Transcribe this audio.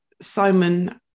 Simon